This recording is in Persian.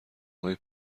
های